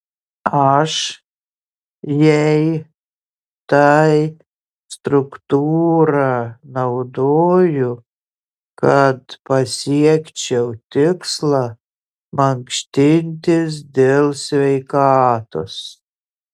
aš jei tai struktūrą naudoju kad pasiekčiau tikslą mankštintis dėl sveikatos